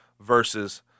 versus